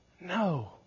No